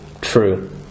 true